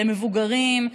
למבוגרים,